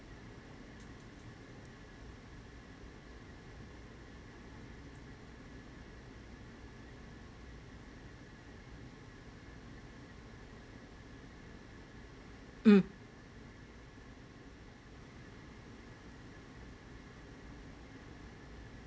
mm